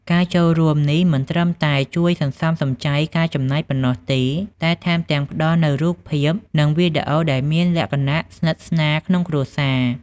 ការចូលរួមនេះមិនត្រឹមតែជួយសន្សំសំចៃការចំណាយប៉ុណ្ណោះទេ តែថែមទាំងផ្តល់នូវរូបភាព និងវីដេអូដែលមានលក្ខណៈស្និទ្ធស្នាលក្នុងគ្រួសារ។